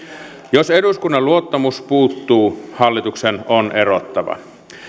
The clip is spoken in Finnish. jos eduskunnan luottamus puuttuu hallituksen on erottava